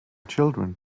children